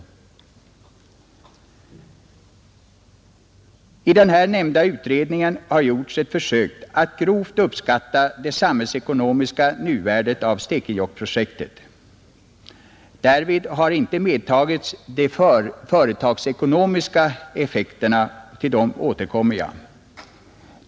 I den nämnda utredningen har gjorts ett försök att grovt uppskatta det samhällsekonomiska nuvärdet av Stekenjokkprojektet. Därvid har inte medtagits de företagsekonomiska effekterna — jag återkommer till dem.